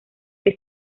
que